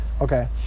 Okay